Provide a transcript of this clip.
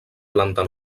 planta